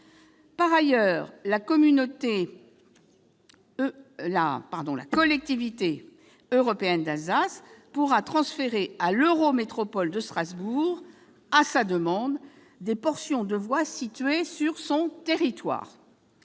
Par ailleurs, la Collectivité européenne d'Alsace pourra transférer à l'eurométropole de Strasbourg, sur sa demande, des portions de voies situées sur son territoire.